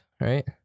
right